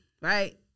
right